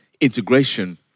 integration